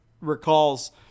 recalls